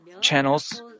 channels